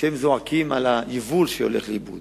שזועקים על היבול שהולך לאיבוד